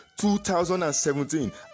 2017